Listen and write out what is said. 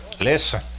listen